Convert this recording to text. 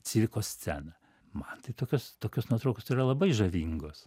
cirko sceną man tai tokios tokios nuotraukos yra labai žavingos